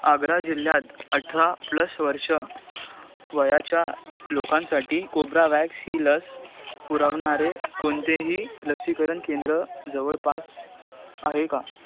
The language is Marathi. आग्रा जिल्ह्यात अठरा प्लस वर्षे वयाच्या लोकांसाठी कोब्रवॅक्स ही लस पुरवणारे कोणतेही लसीकरण केंद्र जवळपास आहे का